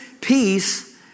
peace